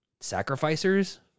sacrificers